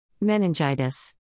Meningitis